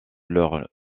leur